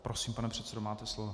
Prosím, pane předsedo, máte slovo.